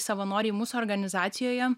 savanoriai mūsų organizacijoje